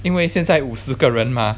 因为现在五十个人 mah